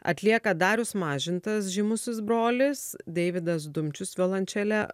atlieka darius mažintas žymusis brolis deividas dumčius violončele